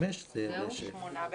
הצבעה הבקשה להקדמת הדיון התקבלה.